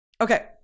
Okay